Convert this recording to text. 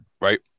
Right